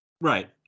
Right